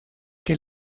que